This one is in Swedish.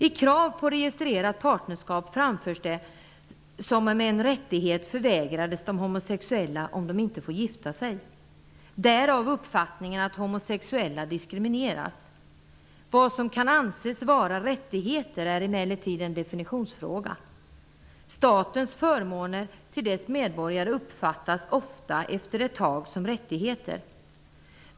I krav på registrerat partnerskap framförs det som om en rättighet förvägrades de homosexuella om de inte får gifta sig -- därav uppfattningen att de homosexuella diskrimineras. Vad som kan anses vara rättigheter är emllertid en definitionsfråga. Statens förmåner till dess medborgare uppfattas ofta efter ett tag som rättigheter.